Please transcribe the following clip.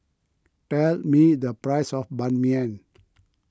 tell me the price of Ban Mian